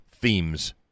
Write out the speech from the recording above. themes